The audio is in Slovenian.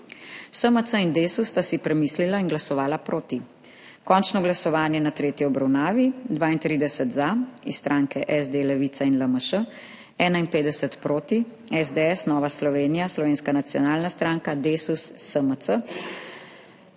SMC in DeSUS sta si premislili in glasovali proti. Končno glasovanje na tretji obravnavi, 32 za – iz stranke SD, Levica in LMŠ, 51 proti – SDS, Nova Slovenija, Slovenska nacionalna stranka, DeSUS, SMC